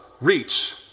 reach